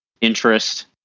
interest